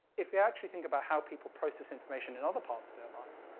if we actually think about how people process information in other parts of their lives,